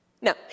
No